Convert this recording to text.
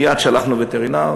מייד שלחנו וטרינר,